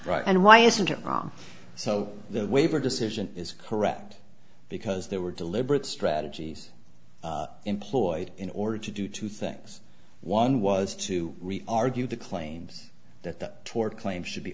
right and why isn't it wrong so the waiver decision is correct because there were deliberate strategy employed in order to do two things one was to argue the claims that the tort claims should be